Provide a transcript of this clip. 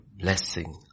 blessing